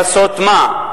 עצמו, כדי לכסות מה?